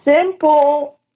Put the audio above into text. simple